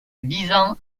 visant